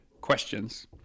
questions